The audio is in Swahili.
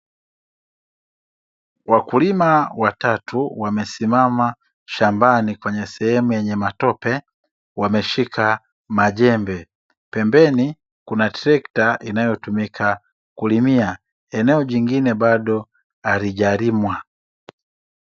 Wakulima watatu, wamesimama shambani kwenye sehemu yenye matope, wameshika majembe. Pembeni kuna trekta inayotumika kulimia, eneo jingine bado halijalimwa.